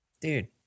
Dude